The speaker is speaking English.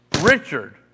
Richard